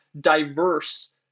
diverse